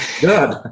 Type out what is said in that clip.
Good